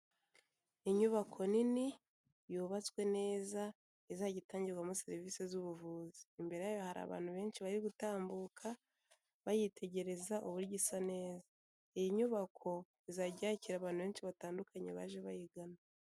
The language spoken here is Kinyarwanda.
Inyubako nini, yubatswe neza, izajya itangirwamo serivisi z'ubuvuzi. Imbere hari abantu benshi bari gutambuka bayitegereza uburyo isa neza. Iyi nyubako izajya yakira abantu benshi batandukanye baje bayigana.